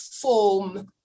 form